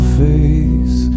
face